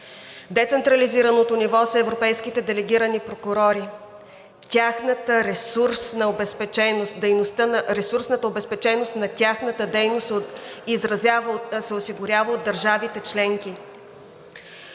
Децентрализираното ниво са европейските делегирани прокурори, тяхната ресурсна обезпеченост, ресурсната обезпеченост на тяхната дейност се осигурява от държавите членки.